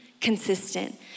consistent